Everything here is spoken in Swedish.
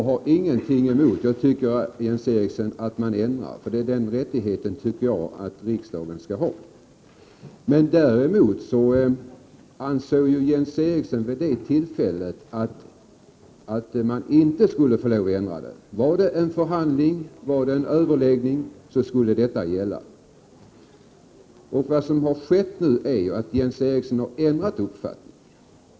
Herr talman! Jag har ingenting emot att ändra, Jens Eriksson. Den rättigheten skall riksdagen ha. Däremot ansåg ju Jens Eriksson vid det tillfället att avtalet inte skulle få ändras. Om det varit en förhandling skulle det träffade avtalet gälla. Det som har skett är att Jens Eriksson nu har ändrat uppfattning.